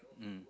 mm